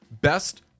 best